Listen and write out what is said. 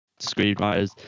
screenwriters